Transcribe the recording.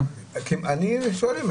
אני שואל,